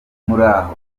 muraho